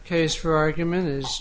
case for argument is